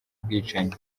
bwicanyi